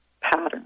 pattern